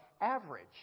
average